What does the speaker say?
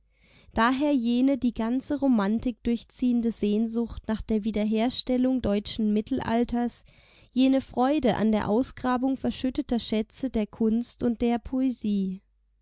daher jene die ganze romantik durchziehende sehnsucht nach der wiederherstellung deutschen mittelalters jene freude an der ausgrabung verschütteter schätze der kunst und der poesie